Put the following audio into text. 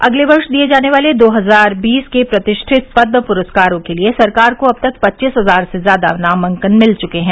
अगले वर्ष दिये जाने वाले दो हजार बीस के प्रतिष्ठित पद्म पुरस्कारों के लिए सरकार को अब तक पच्चीस हज़ार से ज़्यादा नामांकन मिल चुके हैं